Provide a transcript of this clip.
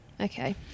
Okay